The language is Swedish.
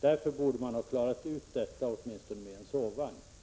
Därför borde man ha klarat ut den här frågan och åtminstone kunnat ha denna sovvagn.